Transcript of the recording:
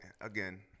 again